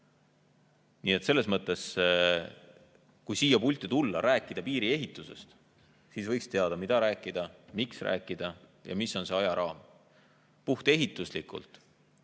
Nii et selles mõttes, kui siia pulti tulla, rääkida piiri ehitusest, siis võiks teada, mida rääkida, miks rääkida ja mis on see ajaraam. Puhtehituslikult